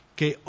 Che